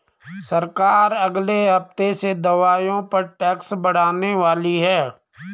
सरकार अगले हफ्ते से दवाइयों पर टैक्स बढ़ाने वाली है